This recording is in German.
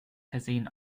versehen